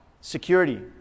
Security